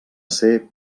ser